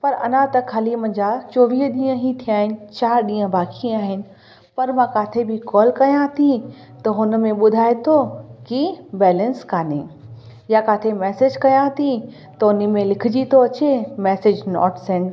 पर अञा त ख़ाली मुंहिंजा चोवीह ॾींहं ई थिया आहिनि चारि ॾींहं बाक़ी आहिनि पर मां काथे बि कॉल कया थी त हुन में ॿुधाए थो कि बैलेंस काने या काथे मैसेज कया थी त उन्हीअ में लिखिजी थो अचे मैसेज नॉट सेन्ट